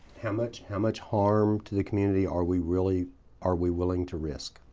how much how much harm to the community are we really are we willing to risk?